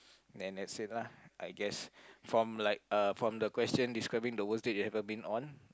then that's it lah I guess from like uh from the question describing the worst date you've ever been on